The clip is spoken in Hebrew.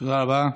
תודה רבה.